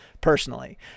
personally